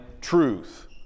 truth